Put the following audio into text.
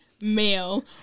male